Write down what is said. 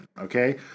okay